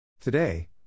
Today